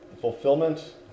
fulfillment